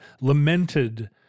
lamented